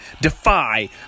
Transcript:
Defy